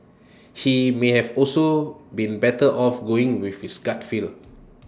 he may have also been better off going with his gut feel